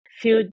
feel